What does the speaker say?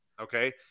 Okay